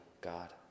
God